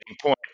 point